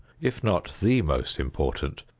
if not the most important,